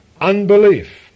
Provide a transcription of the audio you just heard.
Unbelief